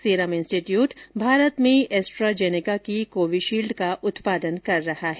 serum Institute Bharat में AstraZeneca की कोविशील्ड का उत्पादन कर रहा है